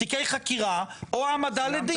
תיקי חקירה או העמדה לדין?